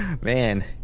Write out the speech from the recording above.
man